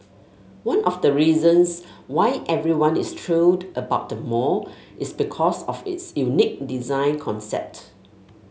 one of the reasons why everyone is thrilled about the mall is because of its unique design concept